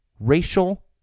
Racial